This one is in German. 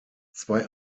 zwei